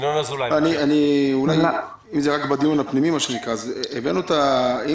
אם כבר הולכים על החוק הזה, אם